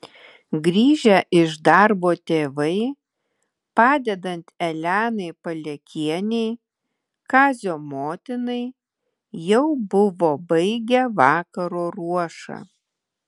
grįžę iš darbo tėvai padedant elenai palekienei kazio motinai jau buvo baigę vakaro ruošą